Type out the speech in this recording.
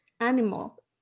animal